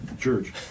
church